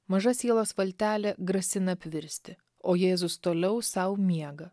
maža sielos valtelė grasina apvirsti o jėzus toliau sau miega